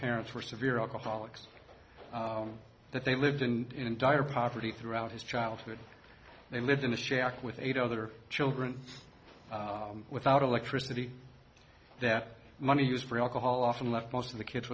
parents were severe alcoholics that they lived in dire poverty throughout his childhood they lived in a shack with eight other children without electricity that money used for alcohol often left most of the kids